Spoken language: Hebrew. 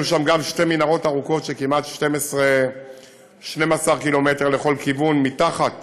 יהיו שם גם שתי מנהרות ארוכות של כמעט 12 קילומטר לכל כיוון מתחת